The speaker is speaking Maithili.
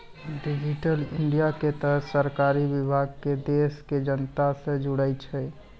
डिजिटल इंडिया के तहत सरकारी विभाग के देश के जनता से जोड़ै छै